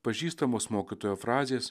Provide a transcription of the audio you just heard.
pažįstamos mokytojo frazės